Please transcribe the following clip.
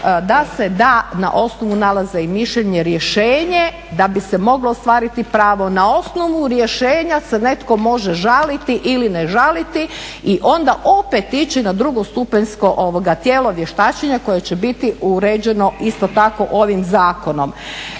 da se da na osnovu nalaza i mišljenje rješenje da bi se moglo ostvariti pravo na osnovu rješenja se netko može žaliti ili ne žaliti i onda opet ići na drugostupanjsko tijelo vještačenja koje će biti uređeno isto tako ovim zakonom.